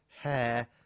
hair